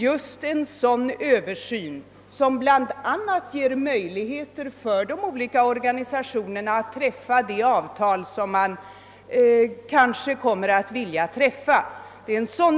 Just en sådan översyn som motionärerna har begärt gör det bl.a. möjligt för organisationerna att träffa de avtal som de kan komma att vilja träffa.